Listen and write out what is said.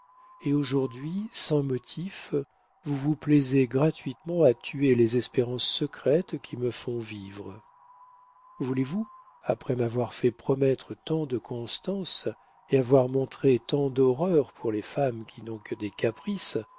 et aujourd'hui sans motif vous vous plaisez gratuitement à tuer les espérances secrètes qui me font vivre voulez-vous après m'avoir fait promettre tant de constance et avoir montré tant d'horreur pour les femmes qui n'ont que des caprices